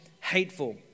hateful